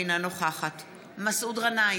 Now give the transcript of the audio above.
אינה נוכחת מסעוד גנאים,